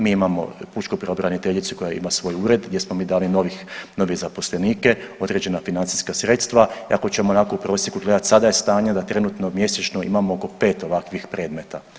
Mi imamo pučku pravobraniteljicu koja ima svoj ured gdje smo mi dali nove zaposlenike, određena financijska sredstva i ako ćemo onako u prosjeku gledat sada je stanje da trenutno mjesečno imamo oko pet ovakvih predmeta.